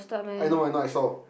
I know I know I saw